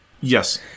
Yes